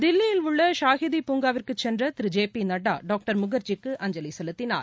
தில்லியிலுள்ள ஷாஹிதி பூங்காவிற்கு சென்ற திரு ஜே பி நட்டா டாக்டர் முகர்ஜிக்கு அஞ்சலி செலுத்தினார்